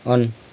अन्